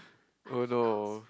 oh no